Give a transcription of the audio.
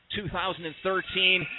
2013